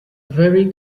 very